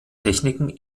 techniken